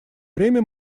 время